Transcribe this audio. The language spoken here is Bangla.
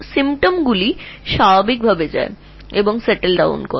লক্ষণগুলি স্বাভাবিকভাবেই যেতে যেতে একসময় স্থির হয়ে যায়